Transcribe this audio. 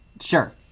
Sure